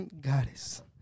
Goddess